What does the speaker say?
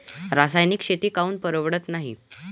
रासायनिक शेती काऊन परवडत नाई?